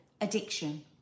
addiction